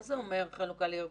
מה זה אומר חלוקה לארגון?